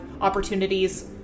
opportunities